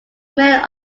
many